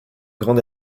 grande